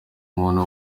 kuntu